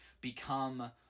become